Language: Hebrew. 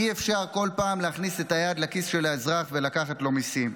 אי-אפשר בכל פעם להכניס את היד לכיס של האזרח ולקחת לו מיסים.